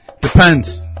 Depends